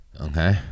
Okay